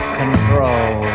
control